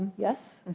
yes?